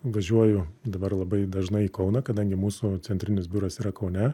važiuoju dabar labai dažnai į kauną kadangi mūsų centrinis biuras yra kaune